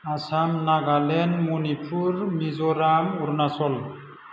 Assam Nagaland Manipur Mizoram Arunachal